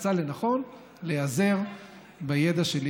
מצא לנכון להיעזר בידע שלי.